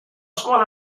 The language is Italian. scuola